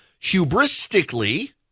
hubristically